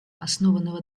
основанного